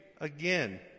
again